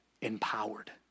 Empowered